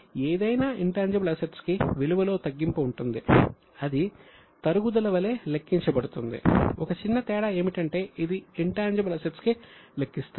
కాబట్టి ఏదైనా intangible assets కి విలువలో తగ్గింపు ఉంటుంది అది తరుగుదల వలె లెక్కించబడుతుంది ఒక చిన్న తేడా ఏమిటంటే ఇది ఇన్ టాన్జిబుల్ అసెట్స్ కి లెక్కిస్తారు